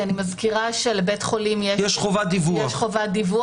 אני מזכירה שלבית חולים יש חובת דיווח,